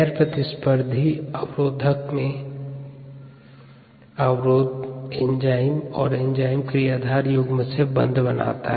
गैर प्रतिस्पर्धी अवरोध में अवरोधक एंजाइम के और एंजाइम क्रियाधार युग्म से बंध बनाता है